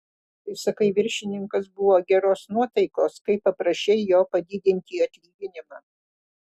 tai sakai viršininkas buvo geros nuotaikos kai paprašei jo padidinti atlyginimą